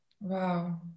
Wow